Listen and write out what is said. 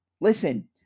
Listen